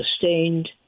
sustained